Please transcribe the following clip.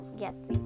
yes